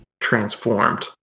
transformed